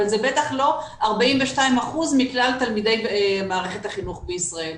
אבל זה בטח לא 42% מכלל תלמידי מערכת החינוך במדינת ישראל.